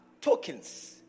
tokens